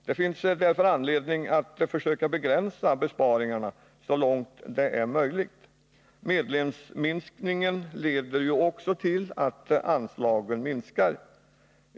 Det finns därför anledning att försöka begränsa besparingarna så långt det är möjligt. Minskningen av antalet medlemmar leder ju också till att anslagen minskar.